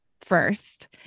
first